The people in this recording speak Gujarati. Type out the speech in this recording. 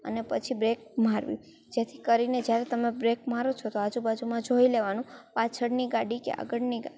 અને પછી બ્રેક મારવી જેથી કરીને જ્યારે તમે બ્રેક મારો છો તો આજુબાજુમાં જોઈ લેવાનું પાછળની ગાડી કે આગળની ગાડી